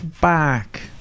back